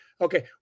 Okay